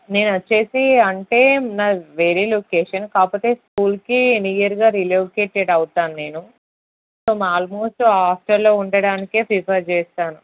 నేను వచ్చి అంటే వేరే లొకేషన్ కాకపోతే స్కూల్కి నియర్గా రిలొకేట్ అవుతాను నేను సో ఆల్మోస్ట్ హాస్టల్లో ఉండటానికె ప్రిఫర్ చేస్తాను